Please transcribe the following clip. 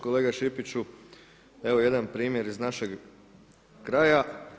Kolega Šipiću, evo jedan primjer iz našeg kraja.